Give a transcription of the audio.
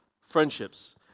friendships